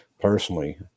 personally